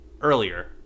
earlier